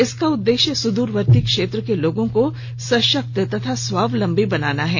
इसका उदेश्य सुदुरवर्ती क्षेत्र के लोगों को सशक्त तथा स्वावलंबी बनाना है